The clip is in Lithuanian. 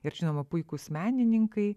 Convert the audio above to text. ir žinoma puikūs menininkai